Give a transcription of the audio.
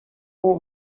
اون